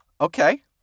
Okay